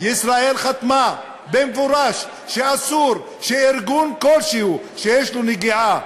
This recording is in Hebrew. ישראל חתמה במפורש שאסור שארגון כלשהו שיש לו נגיעה,